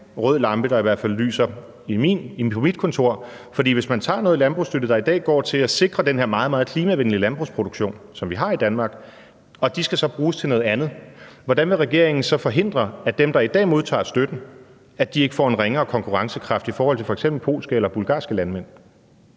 rød lampe, der i hvert fald lyser inde på mit kontor. For hvis man tager noget landbrugsstøtte, der i dag går til at sikre den her meget, meget klimavenlige landbrugsproduktion, som vi har i Danmark, og den så skal bruges til noget andet, hvordan vil regeringen så forhindre, at dem, der i dag modtager støtten, ikke får en ringere konkurrencekraft i forhold til f.eks. polske eller bulgarske landmænd?